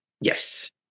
Yes